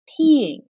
peeing